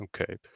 Okay